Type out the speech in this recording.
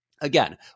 again